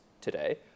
today